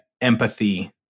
empathy